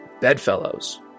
Bedfellows